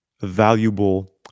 valuable